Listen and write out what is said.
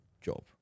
job